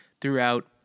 throughout